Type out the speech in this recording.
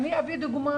אני אביא דוגמה